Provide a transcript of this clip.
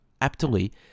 aptly